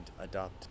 adopt